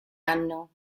anno